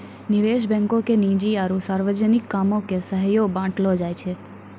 निवेश बैंको के निजी आरु सार्वजनिक कामो के सेहो बांटलो जाय छै